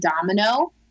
domino